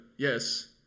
Yes